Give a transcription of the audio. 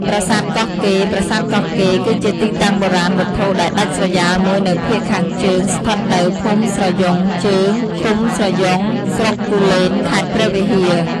ប្រាសាទកោះកេរ្តិ៍ ប្រាសាទកោះកេរ្តិ៍ គឺជាទីតាំងបុរាណវត្ថុដែលដាច់ស្រយាលមួយនៅភាគខាងជើង ស្ថិតនៅ ភូមិស្រយ៉ង់ជើង ឃុំស្រយ៉ង់ ស្រុកគូលេន ខេត្តព្រះវិហារ ។